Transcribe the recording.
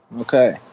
Okay